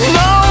no